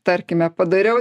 tarkime padariau